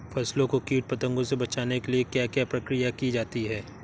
फसलों को कीट पतंगों से बचाने के लिए क्या क्या प्रकिर्या की जाती है?